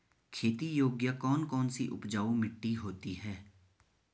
खेती योग्य कौन कौन सी उपजाऊ मिट्टी होती है?